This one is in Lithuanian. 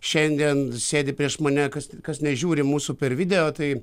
šiandien sėdi prieš mane kas kas nežiūri mūsų per video tai